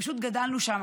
פשוט גדלנו שם.